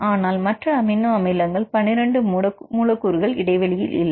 ஆனால் மற்ற அமினோ அமிலங்கள் 12 மூலக்கூறு இடைவெளியில் இல்லை